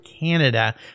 Canada